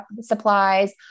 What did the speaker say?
supplies